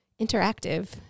interactive